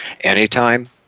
anytime